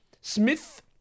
Smith